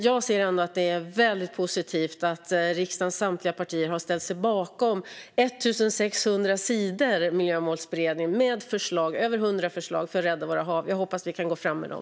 Jag ser ändå att det är väldigt positivt att riksdagens samtliga partier har ställt sig bakom 1 600 sidor från Miljömålsberedningen med över 100 förslag för att rädda våra hav. Jag hoppas att vi kan gå fram med dem.